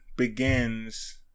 Begins